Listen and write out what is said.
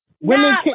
women